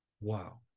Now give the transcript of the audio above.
Wow